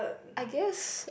I guess